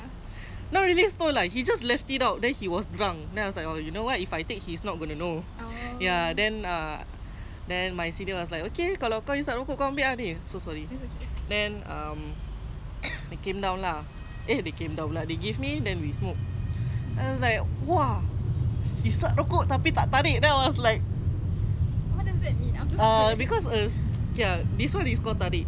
not really stole lah he just left it out then he was drunk then I was like oh you know what if I take he's not going to know ya then err then my senior was like okay kalau kau hisap rokok kau ambil ah so sorry then um I came down lah we came down lah they give me then we smoke I was like !wah! hisap rokok tapi tak tarik [tau] then I was like err because this [one] is called tarik